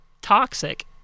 toxic